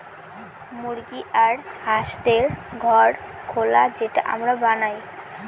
মুরগি আর হাঁসদের ঘর খোলা যেটা আমরা বানায়